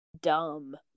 dumb